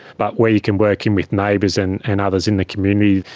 but where you can work in with neighbours and and others in the community,